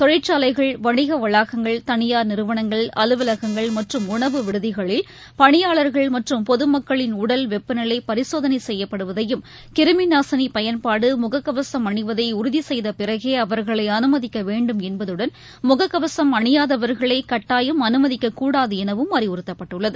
தொழிற்சாலைகள் வணிகவளாகங்கள் தனியார் நிறுவனங்கள் அலுவலகங்கள் மற்றும் உணவு விடுதிகளில் பணியாளர்கள் மற்றும் பொதுமக்களின் உடல் வெப்பநிலைபரிசோதனைசெய்யப்படுவதையும் கிருமிநாசினிபயன்பாடு முகக்கவசம் அணிவதை உறுதிசெய்தபிறகே அவர்களை அனுமதிக்கவேண்டும் என்பதுடன் முக்கவசம் அணியாதவர்களைகட்டாயம் அனுமதிக்கக்கூடாதுளனவும் அறிவுறுத்தப்பட்டுள்ளது